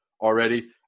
already